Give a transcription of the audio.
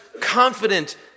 confident